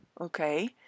okay